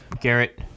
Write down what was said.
Garrett